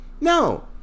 No